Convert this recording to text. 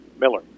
Miller